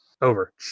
Over